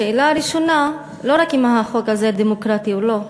השאלה הראשונה, לא רק אם החוק הזה דמוקרטי או לא.